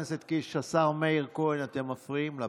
השר מאיר כהן, אתם מפריעים לה.